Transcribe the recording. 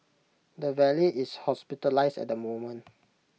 the valet is hospitalised at the moment